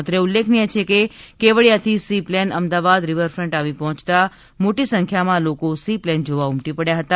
અત્રે ઉલ્લેખનીય છે કે કેવડિયાથી seaplane Ahmedabad river front આવી પહોંચતા મોટી સંખ્યામાં લોકો સી પ્લેન જોવા ઉમટી પડયા હતા